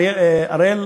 אראל,